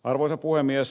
arvoisa puhemies